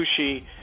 sushi